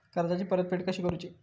कर्जाची परतफेड कशी करूची?